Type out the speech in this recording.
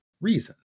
reason